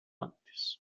antes